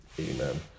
Amen